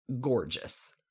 gorgeous